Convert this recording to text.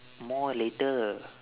more later